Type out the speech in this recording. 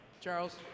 Charles